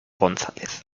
gonzález